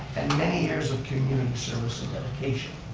and many years of community service and dedication.